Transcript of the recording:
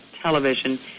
television